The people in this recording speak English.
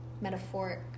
metaphoric